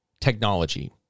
technology